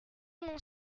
mon